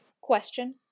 Question